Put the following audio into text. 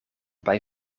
bij